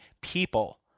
people